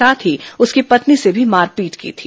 साथ ही उसकी पत्नी से भी मारपीट की थी